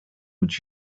would